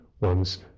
one's